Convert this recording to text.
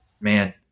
Man